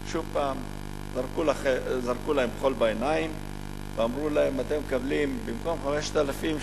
שוב פעם זרו להם חול בעיניים ואמרו להם: אתם מקבלים במקום 5,000,